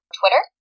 twitter